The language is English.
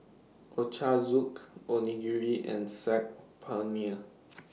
Ochazuke Onigiri and Saag Paneer